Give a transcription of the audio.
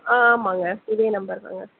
ஆ ஆமாங்க இதே நம்பர் தாங்க